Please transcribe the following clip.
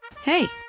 Hey